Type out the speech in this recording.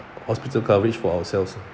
hospital coverage for ourselves